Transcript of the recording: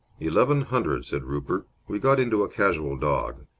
eleven hundred, said rupert. we got into a casual dog.